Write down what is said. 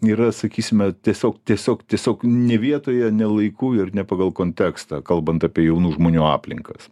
yra sakysime tiesiog tiesiog tiesiog ne vietoje ne laiku ir ne pagal kontekstą kalbant apie jaunų žmonių aplinkas